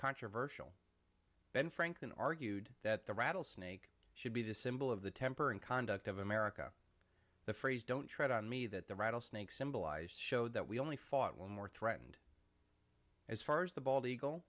controversial ben franklin argued that the rattlesnake should be the symbol of the temper and conduct of america the phrase don't tread on me that the rattlesnake symbolize showed that we only fought one more threatened as far as the bal